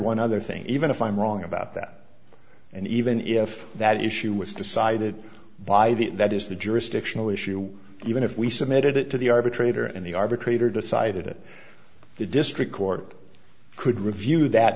one other thing even if i'm wrong about that and even if that issue was decided by the that is the jurisdictional issue even if we submitted it to the arbitrator and the arbitrator decided it the district court could review that